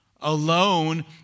alone